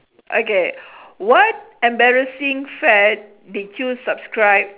okay what embarrassing fad did you subscribe